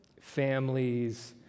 families